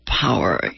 power